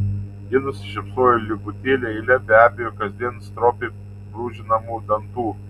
ji nusišypsojo lygutėle eile be abejo kasdien stropiai brūžinamų dantų